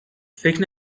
فکر